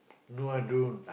no I don't